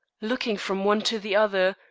looking from one to the other,